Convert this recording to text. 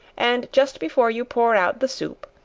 and just before you pour out the soup,